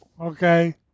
Okay